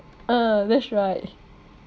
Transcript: ah that's right